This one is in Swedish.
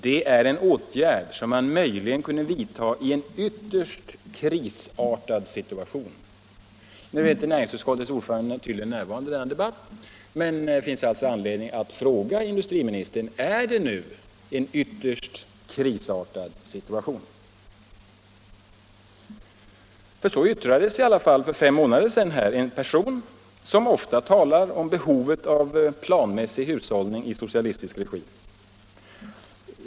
Det är en åtgärd som man möjligen kunde vidta i en ytterst krisartad situation.” Nu är näringsutskottets ordförande tydligen inte närvarande vid denna debatt, och det finns då anledning att fråga industriministern: Är det nu ”en ytterst krisartad situation”? Så yttrade sig i alla fall här för fem månader sedan en person som ofta talar om behovet av planmässig hus hållning i socialistisk regi.